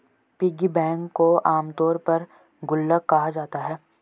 piggy bank को आमतौर पर गुल्लक कहा जाता है